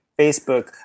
Facebook